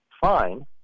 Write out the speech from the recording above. fine